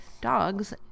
dogs